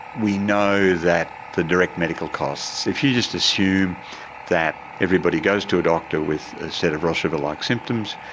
we know that the direct medical costs, if you just assume that everybody goes to a doctor with a set of ross river like symptoms,